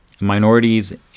Minorities